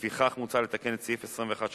לפיכך, מוצע לתקן את סעיף 21(3)